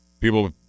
People